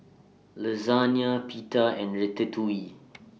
Lasagne Pita and Ratatouille